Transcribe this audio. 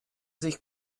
sich